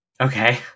Okay